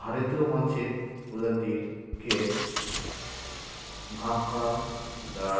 ভারতীয় মাছের প্রজাতিকে ভাগ করা যায়